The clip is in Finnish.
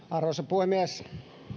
arvoisa puhemies